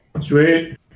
Sweet